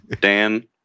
Dan